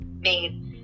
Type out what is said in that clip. made